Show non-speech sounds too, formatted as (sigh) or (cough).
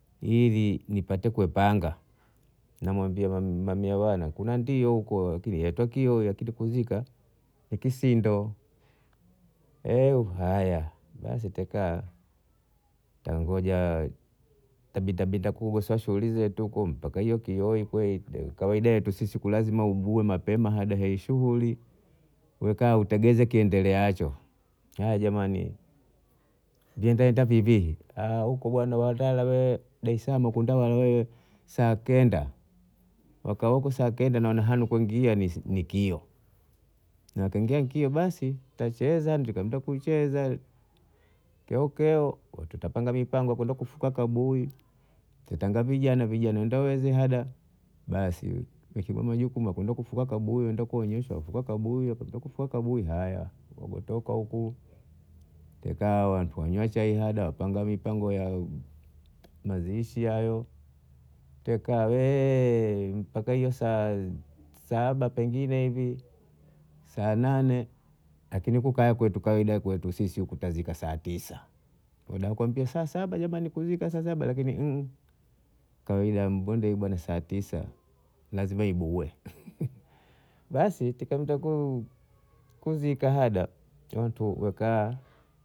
Ili nipate kuepanga na mwambia mamie bwana kuna ndio huko ikitokeo nikutakia kuzika ni kisindo (hesitation) haya basi takaa tangoja tabita bita kugo shughuli zetu mpaka hiyo kioi hiyo kawaida zetu sisi huku lazima mpaka uugue mapema hada ishughuli we kama hutegeze kiendeleacho haya jamani ntaenda enda kibie haaa huko bwana watala bwana Dar- es- salama kunda wala sawa kenda wakaoka sa kenda hanoko kiingia ni kio na kingia nkio basi cheza nikuinda kucheza, keo keo watu tapanga mipango ya kufua kaburi tatanga vijana vijana ntahaza hada basi nikipewa majukumu ya kufuka kaburi ntaenda kuonyeshwa pakufuka kufuka kaburi haya nagotoka huko taka tanyoosha ehada tapanga mipango ya (hesitation) mazishi hayo tekaa weee mpaka hiyo saa saba pengine hivi saa nane lakini kukaya kwetu sisi tazika saa tisa wakwambia kuzika saa saba jamani lakini (unintelligible) kawaida ya mbondei ni saa tisa lazima ibue basi tika kuzika hada watu wakaa